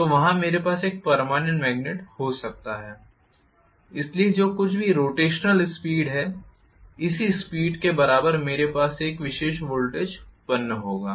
तो वहाँ मेरे पास एक पर्मानेंट मेग्नेट हो सकता है इसलिए जो कुछ भी रोटेशनल स्पीड है इसी स्पीड के बराबर मेरे पास एक विशेष वोल्टेज उत्पन्न होगा